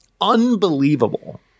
Unbelievable